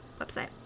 website